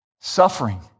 Suffering